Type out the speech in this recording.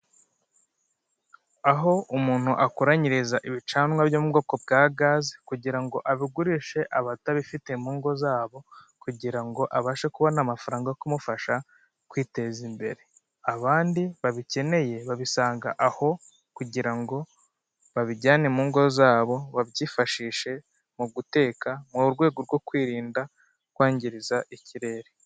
Aho umuntu akoranyiriza ibicanwa byo mu bwoko bwa gaze kugira ngo abigurishe abatabifite mu ngo zabo kugira ngo abashe kubona amafaranga yo kumufasha kwiteza imbere, abandi babikeneye babisanga aho kugira ngo babijyane mu ngo zabo babyifashishe mu guteka mu rwego rwo kwirinda kwangiriza ikirere.